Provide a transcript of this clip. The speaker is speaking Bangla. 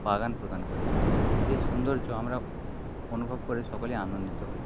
বাগান প্রদান করে সে সৌন্দর্য আমরা অনুভব করে সকলে আনন্দিত হই